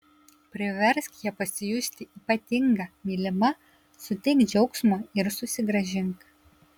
priversk ją pasijusti ypatinga mylima suteik džiaugsmo ir susigrąžink